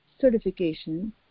certification